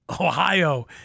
ohio